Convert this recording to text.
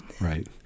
Right